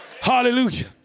Hallelujah